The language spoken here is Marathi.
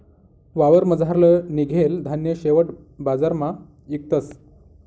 वावरमझारलं निंघेल धान्य शेवट बजारमा इकतस